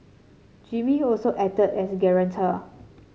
Jimmy also acted as guarantor